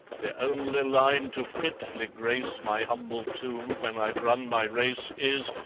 the only line to fitly grace my humble tomb, when i've run my race, is,